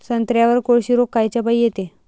संत्र्यावर कोळशी रोग कायच्यापाई येते?